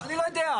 אני לא יודע.